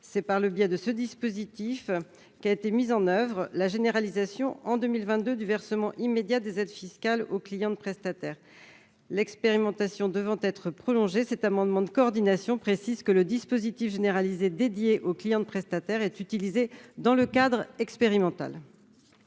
C'est par le biais de ce dispositif qu'a été mise en oeuvre la généralisation, en 2022, du versement immédiat des aides fiscales aux clients de prestataires. L'expérimentation devant être prolongée, cet amendement de coordination précise que le dispositif généralisé dédié aux clients de prestataires est utilisé dans le cadre expérimental.